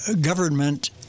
government